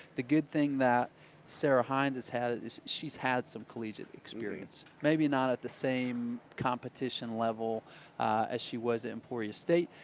the good thing that sarah hines has had is she's had some collegiate experience. maybe not at the same competition level as she was at emporia state.